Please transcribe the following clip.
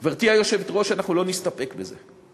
גברתי היושבת-ראש, אנחנו לא נסתפק בזה,